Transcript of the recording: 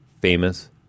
Famous